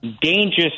dangerous